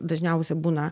dažniausia būna